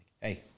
hey